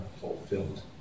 fulfilled